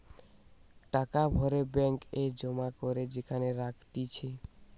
টাকা ভরে ব্যাঙ্ক এ জমা করে যেখানে রাখতিছে